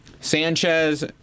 Sanchez